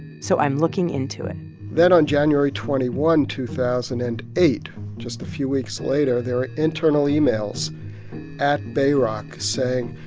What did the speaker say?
so i'm looking into it then on january twenty one, two thousand and eight just a few weeks later there are internal emails at bayrock saying,